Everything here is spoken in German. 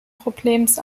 problems